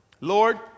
Lord